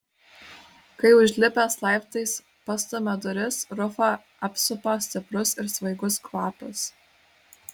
kai užlipęs laiptais pastumia duris rufą apsupa stiprus ir svaigus kvapas